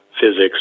physics